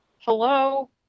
Hello